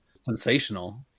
sensational